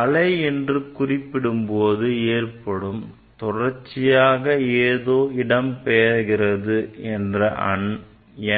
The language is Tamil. அலை என்று குறிப்பிடும் போது ஏற்படும் தொடர்ச்சியாக ஏதோ இடம்பெயர்கிறது என்ற